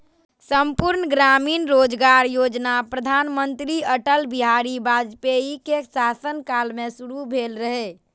संपूर्ण ग्रामीण रोजगार योजना प्रधानमंत्री अटल बिहारी वाजपेयीक शासन काल मे शुरू भेल रहै